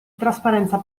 trasparenza